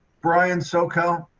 brian soco